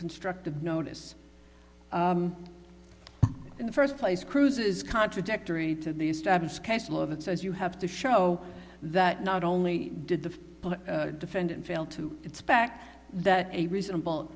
constructive notice in the first place cruise is contradictory to the established case law that says you have to show that not only did the defendant fail to its back that a reasonable